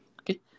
Okay